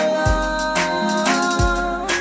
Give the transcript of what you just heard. love